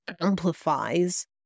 amplifies